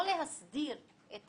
לא להסדיר את